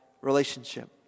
relationship